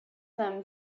them